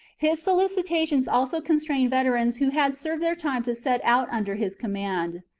his solicitations also constrained veterans who had served their time to set out under his command.